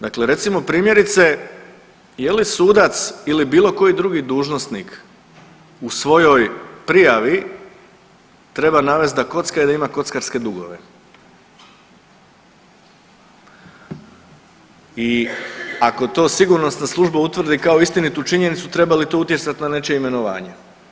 Dakle, recimo primjerice je li sudac ili bilo koji drugi dužnosnik u svojoj prijavi treba navesti da kockar ima kockarske dugove i ako to sigurnosna služba utvrdi kao istinitu činjenicu treba li to utjecati na nečije imenovanje.